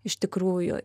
iš tikrųjų